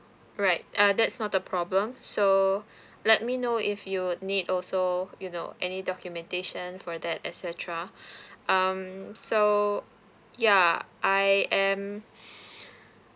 right uh that's not the problem so let me know if you would need also you know any documentation for that et cetera um so ya I am